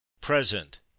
Present